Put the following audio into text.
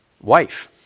wife